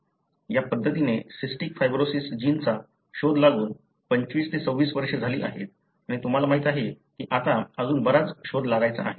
या पध्दतीने cystic fibrosis जीनचा शोध लागुन 25 26 वर्षे झाली आहेत आणि तुम्हाला माहीत आहे की आता अजून बराच शोध लागायचा आहे